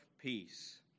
peace